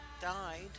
died